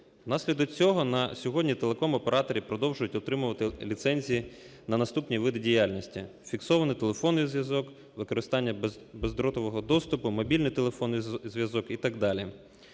Внаслідок цього на сьогодні телекомоператори продовжують отримувати ліцензії на наступні види діяльності: фіксований телефонний зв'язок, використання бездротового доступу, мобільний телефонний зв'язок і так